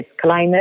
climate